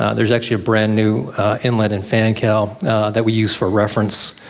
ah there's actually a brand new inlet and fan cowl that we use for reference.